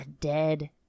dead